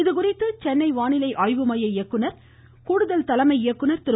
இதுகுறித்து சென்னை வானிலை ஆய்வு மைய இயக்குனர் கூடுதல் தலைமை இயக்குனர் திரு